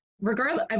regardless